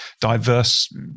diverse